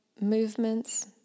movements